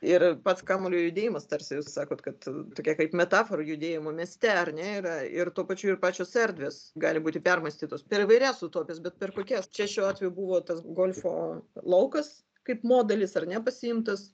ir pats kamuolio judėjimas tarsi sakot kad tokia kaip metafora judėjimo mieste ar nėra yra ir tuo pačiu ir pačios erdvės gali būti permąstytos per įvairias utopijas bet per kokias čia šiuo atveju buvo tas golfo laukas kaip modelis ar ne pasiimtas